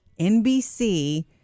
NBC